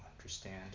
understand